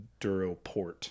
DuroPort